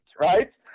right